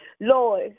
Lord